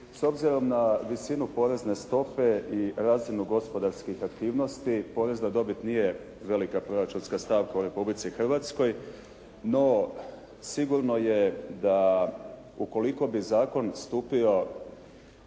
S obzirom na visinu porezne stope i razinu gospodarskih aktivnosti, porez na dobit nije velika proračunska stavka u Republici Hrvatskoj, no sigurno je da ukoliko bi zakon stupio